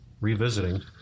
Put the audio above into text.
revisiting